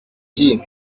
dit